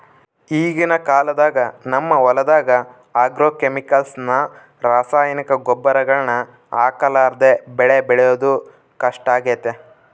ಈಗಿನ ಕಾಲದಾಗ ನಮ್ಮ ಹೊಲದಗ ಆಗ್ರೋಕೆಮಿಕಲ್ಸ್ ನ ರಾಸಾಯನಿಕ ಗೊಬ್ಬರಗಳನ್ನ ಹಾಕರ್ಲಾದೆ ಬೆಳೆ ಬೆಳೆದು ಕಷ್ಟಾಗೆತೆ